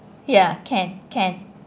ya can can